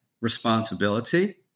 Responsibility